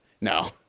No